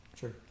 Sure